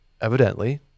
Evidently